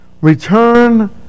Return